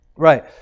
Right